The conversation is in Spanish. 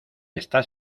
está